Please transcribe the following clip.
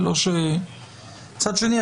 מצד שני,